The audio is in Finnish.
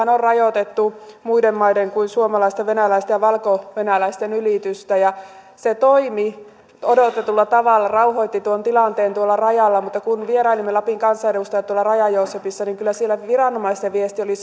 sillähän on rajoitettu muunmaalaisten kuin suomalaisten venäläisten ja valkovenäläisten ylitystä se toimi odotetulla tavalla rauhoitti tuon tilanteen tuolla rajalla mutta kun vierailimme lapin kansanedustajat tuolla raja joosepissa niin kyllä siellä viranomaisten viesti oli